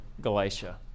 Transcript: Galatia